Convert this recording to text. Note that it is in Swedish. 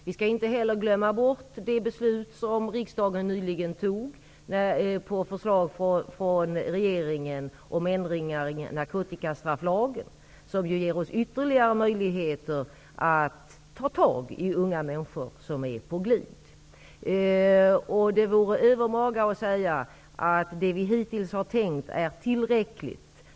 Vi skall inte heller glömma bort det beslut som riksdagen nyligen fattat på förslag av regeringen om ändring i narkotikastrafflagen. Det ger oss ytterligare möjligheter att ta tag i unga människor som är på glid. Det vore övermaga att säga att det vi hittills tänkt är tillräckligt.